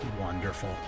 wonderful